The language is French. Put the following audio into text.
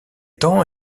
temps